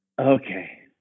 Okay